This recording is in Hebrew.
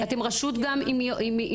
אתם גם רשות עם שיניים.